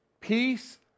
Peace